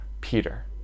peter